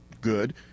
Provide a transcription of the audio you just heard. good